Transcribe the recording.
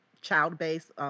child-based